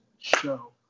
show